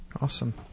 Awesome